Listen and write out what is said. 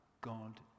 God